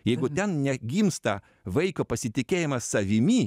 jeigu ten negimsta vaiko pasitikėjimas savimi